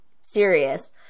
serious